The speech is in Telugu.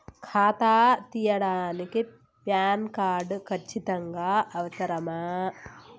ఖాతా తీయడానికి ప్యాన్ కార్డు ఖచ్చితంగా అవసరమా?